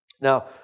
Now